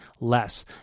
less